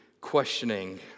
questioning